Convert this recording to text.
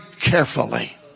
carefully